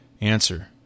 Answer